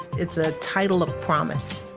it's a title of promise.